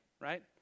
right